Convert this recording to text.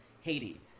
Haiti